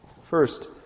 First